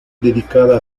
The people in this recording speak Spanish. dedicada